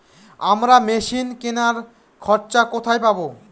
আমরা মেশিন কেনার খরচা কোথায় পাবো?